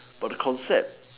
but the concept